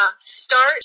start